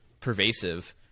pervasive